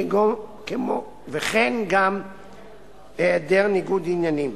כמו גם היעדר ניגוד עניינים.